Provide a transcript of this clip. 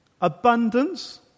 abundance